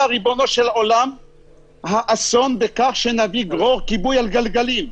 מה ריבונו של עולם האסון בכך שנביא כיבוי על גלגלים?